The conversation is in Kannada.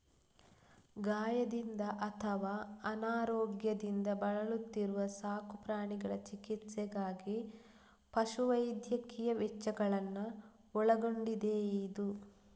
ಗಾಯದಿಂದ ಅಥವಾ ಅನಾರೋಗ್ಯದಿಂದ ಬಳಲುತ್ತಿರುವ ಸಾಕು ಪ್ರಾಣಿಗಳ ಚಿಕಿತ್ಸೆಗಾಗಿ ಪಶು ವೈದ್ಯಕೀಯ ವೆಚ್ಚಗಳನ್ನ ಒಳಗೊಂಡಿದೆಯಿದು